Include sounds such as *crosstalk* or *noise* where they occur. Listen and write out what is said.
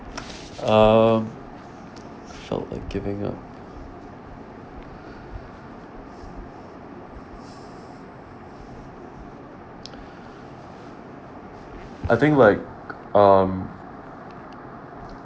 *noise* um I felt like giving up I think like um